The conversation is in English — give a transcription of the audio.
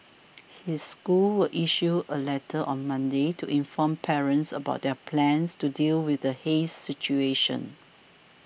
his school will issue a letter on Monday to inform parents about their plans to deal with the haze situation